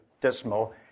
dismal